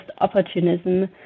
opportunism